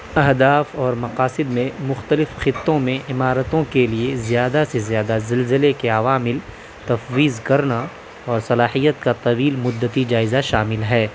اہداف اور مقاصد میں مختلف خطوں میں عمارتوں کے لیے زیادہ سے زیادہ زلزلے کے عوامل تفویض کرنا اور صلاحیت کا طویل مدتی جائزہ شامل ہے